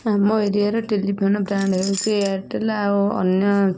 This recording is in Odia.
ଆମ ଏରିଆରେ ଟେଲିଫୋନ୍ ବ୍ରାଣ୍ଡ ହଉଛି ଏୟାରଟେଲ୍ ଆଉ ଅନ୍ୟ